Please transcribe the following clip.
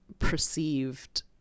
perceived